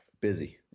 busy